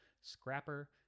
scrapper